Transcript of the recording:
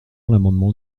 l’amendement